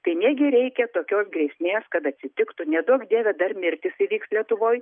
tai negi reikia tokios grėsmės kad atsitiktų neduok dieve dar mirtis įvyks lietuvoj